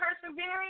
persevering